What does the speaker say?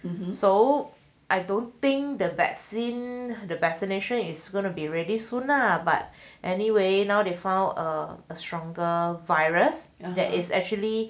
so I don't think the vaccine the vaccination is gonna be ready soon lah but anyway now they found a a stronger virus that is actually